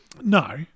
No